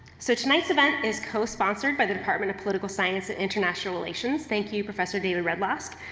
so, tonight's event is cosponsored by the department of political science and international relations. thank you, professor david redlawsk.